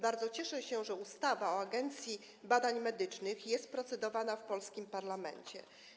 Bardzo cieszę się, że ustawa o Agencji Badań Medycznych jest procedowana w polskim parlamencie.